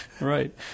Right